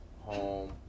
home